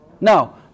No